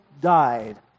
died